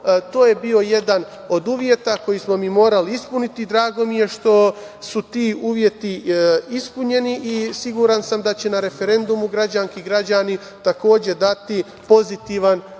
to je bio jedan od uslova koji smo mi morali ispuniti i drago mi je što su ti uslovi ispunjeni. Siguran sam da će na referendumu građanke i građani takođe dati pozitivan stav